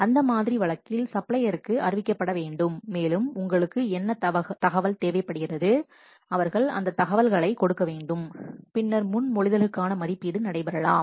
அந்த மாதிரி வழக்கில் சப்ளையருக்கு அறிவிக்கப்பட வேண்டும் மேலும் உங்களுக்கு என்ன தகவல் தேவைப்படுகிறது அவர்கள் அந்த தகவல்களை கொடுக்க வேண்டும் பின்னர் முன்மொழிதல்களுக்கான மதிப்பீடு நடைபெறலாம்